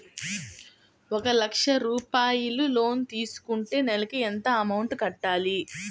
ఒక లక్ష రూపాయిలు లోన్ తీసుకుంటే నెలకి ఎంత అమౌంట్ కట్టాలి?